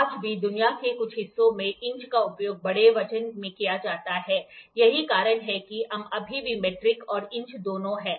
आज भी दुनिया के कुछ हिस्सों में इंच का उपयोग बड़े वजन में किया जाता है यही कारण है कि हम अभी भी मीट्रिक और इंच दोनों हैं